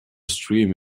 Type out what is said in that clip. stream